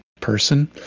person